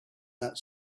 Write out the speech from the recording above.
that